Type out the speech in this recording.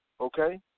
okay